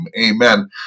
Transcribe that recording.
Amen